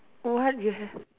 what you have